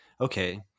okay